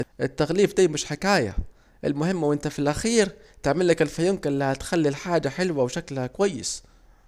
التغليف ده مش حكاية، المهم وانت في الاخير تعمل الفيونكة الي هتخلي الحاجة حلوة وشكلها كويس